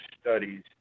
studies